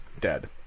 dead